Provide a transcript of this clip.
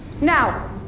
Now